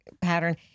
pattern